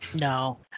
No